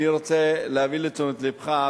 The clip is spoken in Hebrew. אני רוצה להביא לתשומת לבך,